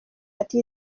hagati